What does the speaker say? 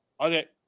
Okay